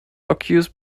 occurs